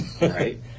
right